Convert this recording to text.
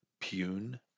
Pune